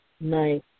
nice